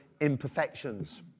imperfections